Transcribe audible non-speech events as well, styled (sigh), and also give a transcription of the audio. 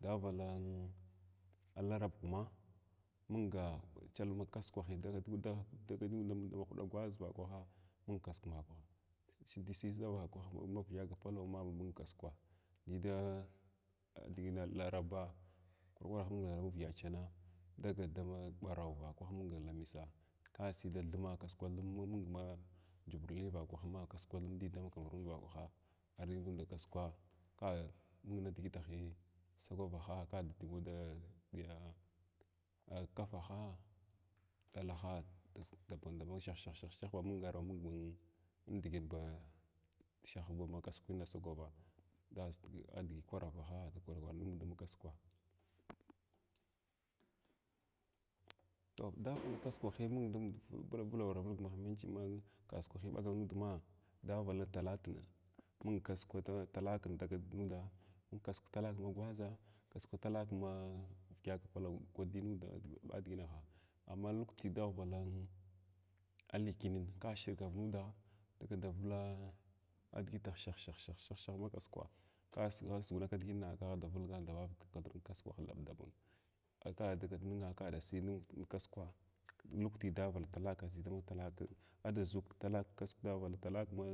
Daghavak krab kums munga kyəlma kasukwah dagal nuda dagat dama haɗ araza vakwahu mung kasukw vakwan sisi darakwah ma vyəda gapalawma mar, kasuua di dama digina laraba kwar mung avyəda chinana, dama burawa mung vakwah lamisa ka siy dama thuma mung kasukan thum wa mung ma ʒubirh vakwahma kasukwa barn di dama kamerun vakwaha arvig ndar kasukwa ka mung nidigitah sagwavaha kada dugaw da diya ya a kufaha, dalaha daban shah shah shah ba munga arba mung ma diʒin ba shah makasukwin sagwava das digi kwaravaha dakwar baɗum mung makaswara, (noise) toh dama kasukwa hyəmd vulvar vulg mahimmali makasukwahi ɓagavmudma darak talakna mung kasukwa talakin dagat nuda mung kasuk falat ma gwada kasukwa talak ma vyəda agapakwun ko diy nud daɓa diginahin amma hwati daghwvala lakyanana ka shirav nuda dagat davala digitah shah shah shah makasukwa ka asugwan kidiʒitna kada vulgan vavaka thadai makasukwa thaɓin atu dagat ninga kada siynnga kasukwa lukurti davala talaka asi dama talaka ada ʒu ktalak kasuk davala talakma